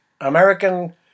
American